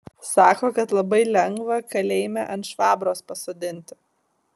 sako kad labai lengva kalėjime ant švabros pasodinti